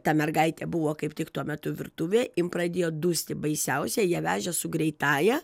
ta mergaitė buvo kaip tik tuo metu virtuvėj pradėjo dusti baisiausiai ją vežė su greitąja